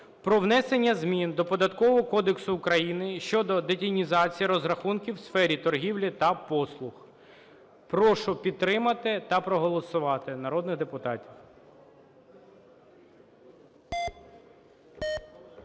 про внесення змін до Податкового кодексу України щодо детінізації розрахунків в сфері торгівлі та послуг. Прошу підтримати та проголосувати народних депутатів.